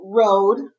road